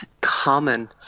common